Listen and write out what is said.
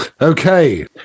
okay